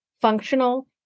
functional